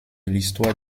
l’histoire